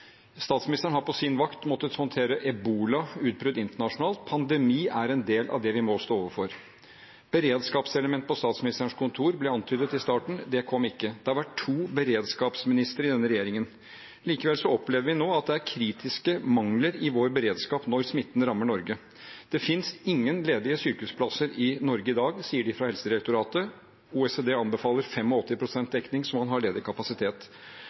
Statsministeren har på sin vakt måttet håndtere ebolautbrudd internasjonalt. Pandemi er en del av det vi nå står overfor. Beredskapselement på Statsministerens kontor ble antydet i starten. Det kom ikke. Det har vært to beredskapsministre i denne regjeringen. Likevel opplever vi nå at det er kritiske mangler i vår beredskap når smitten rammer Norge. Det finnes ingen ledige sykehusplasser i Norge i dag, sier de fra Helsedirektoratet. OECD anbefaler 85 pst. dekning så man har ledig kapasitet.